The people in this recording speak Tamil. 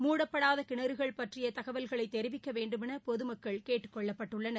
மூடப்படாத கிணறுகள் பற்றிய தகவல்களை தெரிவிக்க வேண்டுமென பொதுமக்கள் கேட்டுக் கொள்ளப்பட்டுள்ளனர்